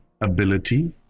ability